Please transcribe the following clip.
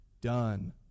done